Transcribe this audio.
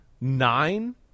nine